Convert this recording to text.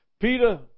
Peter